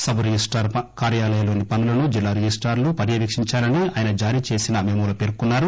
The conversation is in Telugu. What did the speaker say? సబ్ రిజిస్టార్ కార్యాలయాల్లోని పనులను జిల్లా రిజిస్టార్లు పర్యవేకించాలని ఆయన జారీచేసిన మెమోలో పేర్కొన్నారు